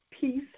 peace